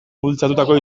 bultzatutako